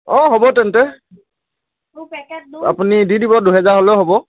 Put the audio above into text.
অ হ'ব তেন্তে আপুনি দি দিব দুহেজাৰ হ'লেও হ'ব